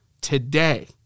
today